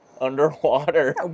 underwater